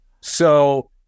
So-